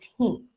team